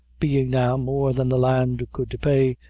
being now more than the land could pay,